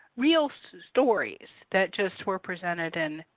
real so stories that just were presented in,